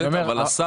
אבל אסף,